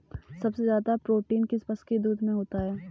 सबसे ज्यादा प्रोटीन किस पशु के दूध में होता है?